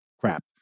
crap